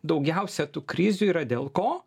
daugiausia tų krizių yra dėl ko